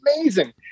amazing